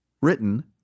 written